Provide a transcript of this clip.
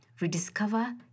Rediscover